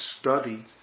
study